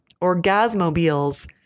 Orgasmobiles